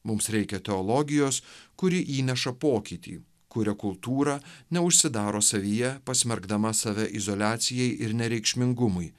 mums reikia teologijos kuri įneša pokytį kuria kultūrą neužsidaro savyje pasmerkdama save izoliacijai ir nereikšmingumui